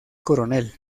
coronel